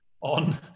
on